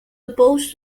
opposed